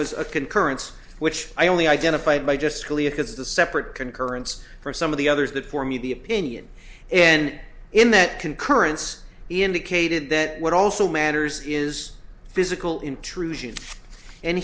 was a concurrence which i only identified by just because the separate concurrence for some of the others that for me the opinion and in that concurrence indicated that what also matters is physical intrusion and